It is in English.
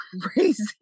crazy